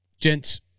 Gents